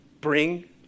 Bring